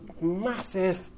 massive